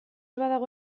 badago